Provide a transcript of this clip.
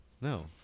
no